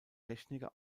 techniker